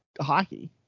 hockey